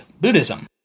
Buddhism